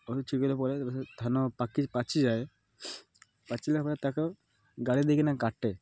ପଡ଼େ ତାରେ ଧାନ ପାକି ପାଚିଯାଏ ପାଚିଲା ପରେ ତାକୁ ଗାଡ଼ି ଦେଇକିନା କାଟେ